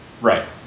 right